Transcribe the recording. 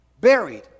buried